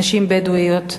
נשים בדואיות,